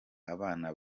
abana